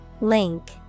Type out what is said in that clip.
Link